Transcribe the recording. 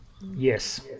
Yes